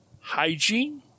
Hygiene